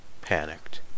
panicked